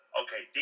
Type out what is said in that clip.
okay